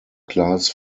class